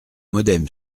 modem